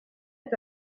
est